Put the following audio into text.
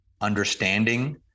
understanding